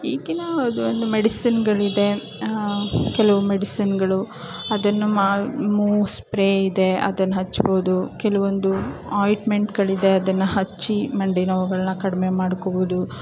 ಈಗಿನ ಒಂದು ಮೆಡಿಸಿನ್ನುಗಳಿದೆ ಕೆಲವು ಮೆಡಿಸಿನ್ನುಗಳು ಅದನ್ನು ಮಾ ಮೂ ಸ್ಪ್ರೇ ಇದೆ ಅದನ್ನು ಹಚ್ಬೋದು ಕೆಲವೊಂದು ಆಯಿಂಟ್ಮೆಂಟುಗಳಿದೆ ಅದನ್ನು ಹಚ್ಚಿ ಮಂಡಿ ನೋವುಗಳ್ನ ಕಡಿಮೆ ಮಾಡ್ಕೊಬೋದು